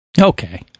Okay